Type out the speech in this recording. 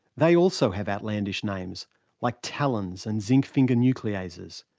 they also have outlandish names like talens and zinc finger nucleases.